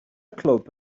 clwb